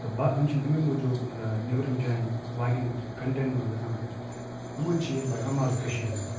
تہٕ بہ یِم چھِنہٕ اَمے موٗجوٗب نیٚبرِمٮ۪ن جایَن باقِیَن کَنٹرٛیٖیَن منٛز گژھان تہٕ یِمَن چھِ ییٚتہِ لگان مَزٕ کٔشیٖرِ منٛز